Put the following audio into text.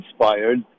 inspired